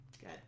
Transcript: Good